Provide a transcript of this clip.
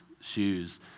shoes